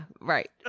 right